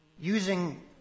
using